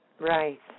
Right